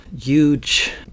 huge